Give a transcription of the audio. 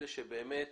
אלה שבאמת